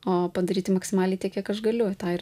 o padaryti maksimaliai tiek kiek aš galiu tą ir